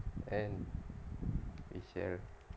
and is shared